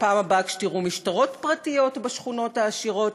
בפעם הבאה שתראו משטרות פרטיות בשכונות העשירות,